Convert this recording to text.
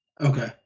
Okay